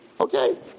Okay